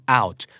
out